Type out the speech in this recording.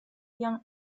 young